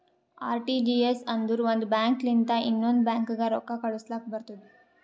RTGS ಅಂದುರ್ ಒಂದ್ bank ಲಿಂತ ಇನ್ನೊಂದ್ ಬ್ಯಾಂಕ್ಗ ರೊಕ್ಕಾ ಕಳುಸ್ಲಾಕ್ ಬರ್ತುದ್